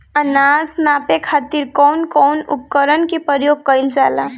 अनाज नापे खातीर कउन कउन उपकरण के प्रयोग कइल जाला?